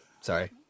sorry